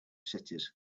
cities